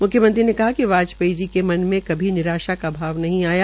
म्ख्यमंत्री ने कहा कि वाजपेयी जी के मन में कभी निराशा का भाव नहीं आया